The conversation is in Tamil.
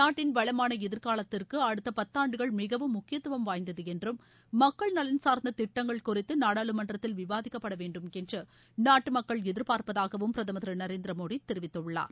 நாட்டின வளமான எதிர்காலத்திற்கு அடுத்த பத்தாண்டுகள் மிகவும் முக்கியத்துவம் வாய்ந்தது என்றும் மக்கள் நலன் சார்ந்த திட்டங்கள் குறித்து நாடாளுமன்றத்தில் விவாதிக்கப்பட வேண்டுமென்று நாட்டு மக்கள் எதிர்பார்ப்பதாகவும் பிரதமர் திரு நரேந்திரமோடி தெரிவித்துள்ளார்